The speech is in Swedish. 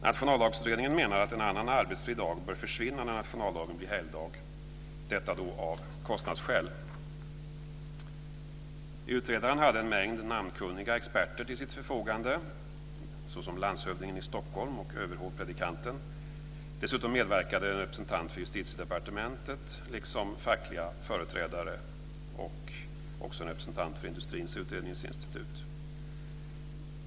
Nationaldagsutredningen menar att en annan arbetsfri dag bör försvinna när nationaldagen blir helgdag, detta av kostnadsskäl. Utredaren hade en mängd namnkunniga experter till sitt förfogande, såsom landshövdingen i Stockholm och överhovpredikanten. Dessutom medverkade en företrädare för Justitiedepartementet liksom fackliga företrädare och också en representant för Industrins utredningsinstitut.